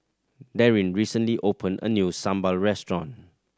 Darin recently opened a new sambal restaurant